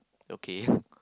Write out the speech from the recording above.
okay